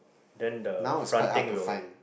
then the front thing will